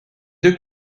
deux